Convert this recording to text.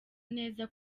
neza